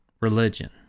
Religion